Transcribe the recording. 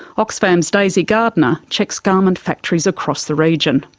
oxfam's daisy gardener checks garment factories across the region.